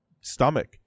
stomach